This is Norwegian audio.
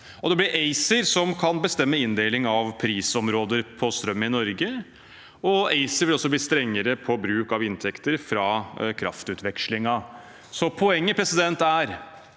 Det blir ACER som kan bestemme inndelingen av prisområder for strøm i Norge. ACER vil også bli strengere på bruken av inntekter fra kraftutvekslingen. Poenget er at